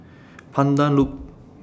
Pandan Loop